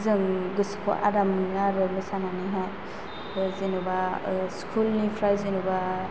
जों गोसोखौ आराम मोनो आरो मोसानानै हाय जेन'बा स्कुल निफ्राय जेन'बा